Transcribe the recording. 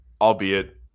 albeit